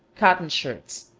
cotton shirts,